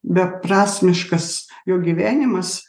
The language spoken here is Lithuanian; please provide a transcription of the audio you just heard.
beprasmiškas jo gyvenimas